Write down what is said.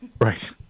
Right